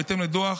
ובהתאם לדוח